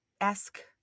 esque